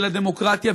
של הדמוקרטיה,